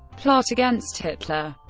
plot against hitler